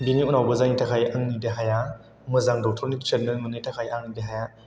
बिनि उनावबो जायनि थाखाय आंनि देहाया मोजां डक्टरनि ट्रिटमेन मोनिनि थाखाय आंनि देहाया